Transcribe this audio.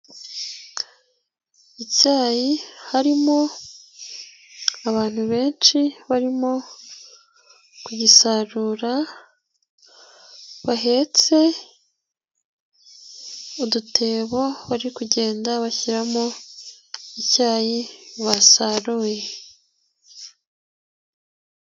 Icyayi harimo abantu benshi barimo kugisarura, bahetse udutebo bari kugenda bashyiramo icyayi basaruye.